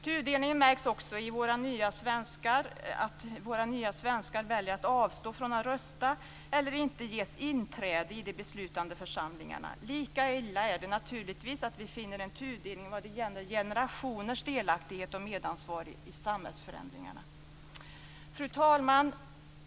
Tudelningen märks också på att våra nya svenskar väljer att avstå från att rösta eller inte ges inträde i de beslutande församlingarna. Lika illa är det naturligtvis att vi finner en tudelning vad det gäller generationers delaktighet och medansvar i samhällsförändringarna. Fru talman!